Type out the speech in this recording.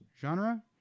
genre